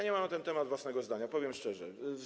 Nie mam na ten temat własnego zdania, powiem szczerze.